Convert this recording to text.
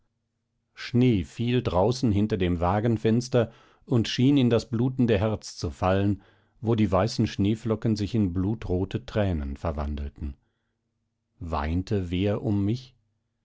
schnee fiel draußen hinter dem wagenfenster und schien in das blutende herz zu fallen wo die weißen schneeflocken sich in blutrote tränen verwandelten weinte wer um mich